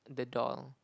the doll